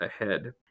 ahead